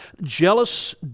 Jealous